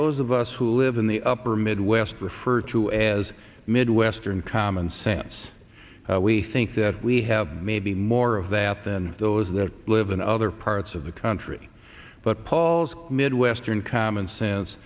those of us who live in the upper midwest refer to as midwestern common sense we think that we have maybe more of that than those that live in other parts of the country but paul's midwestern common sense